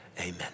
amen